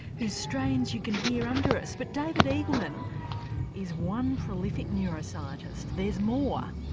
whose strains you can hear under us. but david eagleman is one prolific neuroscientist, there's more.